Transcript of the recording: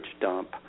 dump